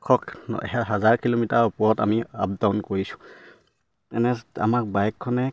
আঠশ হাজাৰ কিলোমিটাৰৰ ওপৰত আমি আপ ডাউন কৰিছোঁ তেনে আমাক বাইকখনে